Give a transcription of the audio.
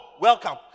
welcome